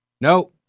No